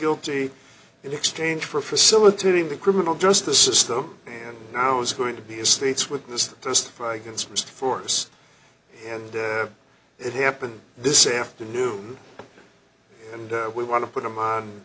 guilty in exchange for facilitating the criminal justice system and now it's going to be a state's witness testify against force and it happened this afternoon and we want to put them on